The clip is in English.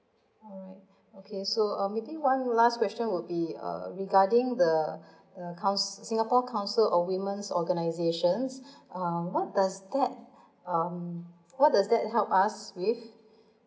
alright okay so um maybe one last question would be uh regarding the uh coun~ singapore council or women's organizations um what does that um what does that help us with